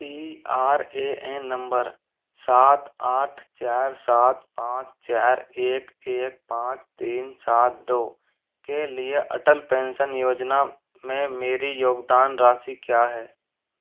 P R A N number सात आठ चार सात पाँच चार एक एक पाँच तीन सात दो के लिए अटल पेंशन योजना में मेरी योगदान राशि क्या है